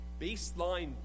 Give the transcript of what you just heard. baseline